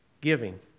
Giving